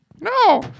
No